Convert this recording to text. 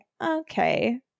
okay